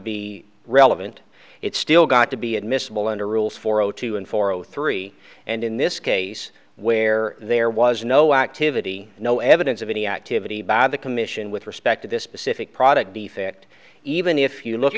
be relevant it's still got to be admissible under rule four zero two and four zero three and in this case where there was no activity no evidence of any activity by the commission with respect to this specific product defect even if you look